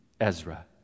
Ezra